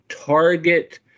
target